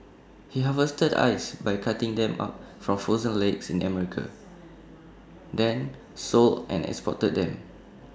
he harvested ice by cutting them up from frozen lakes in America then sold and exported them